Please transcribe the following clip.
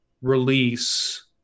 release